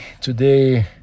today